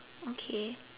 okay